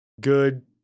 good